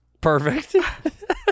Perfect